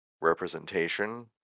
representation